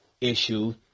issue